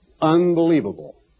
Unbelievable